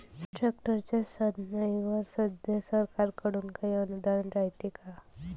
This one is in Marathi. ट्रॅक्टरच्या साधनाईवर सध्या सरकार कडून काही अनुदान रायते का?